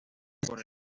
por